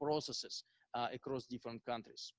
processes across different countries.